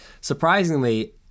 surprisingly